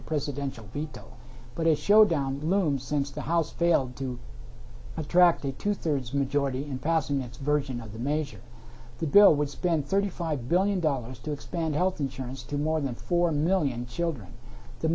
a presidential veto but a showdown looms since the house failed to attract a two thirds majority in passing its version of the measure the bill would spend thirty five billion dollars to expand health insurance to more than four million children the